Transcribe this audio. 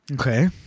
Okay